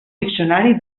diccionari